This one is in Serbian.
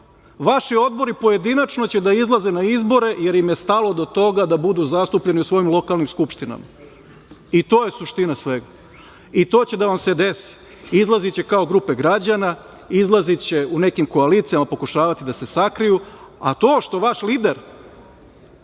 Vaši odbori pojedinačno će da izlaze na izbore, jer im je stalo do toga da budu zastupljeni u svojim lokalnim skupštinama. I to je suština svega, i to će da vam se desi. Izlaziće kao grupe građana, izlaziće u nekim koalicijama, pokušavati da se sakriju, a to što vaš lider,